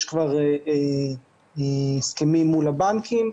יש כבר הסכמים מול הבנקים,